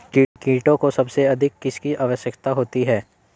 कीटों को सबसे अधिक किसकी आवश्यकता होती है?